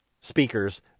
speakers